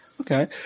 Okay